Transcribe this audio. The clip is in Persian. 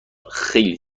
خیلی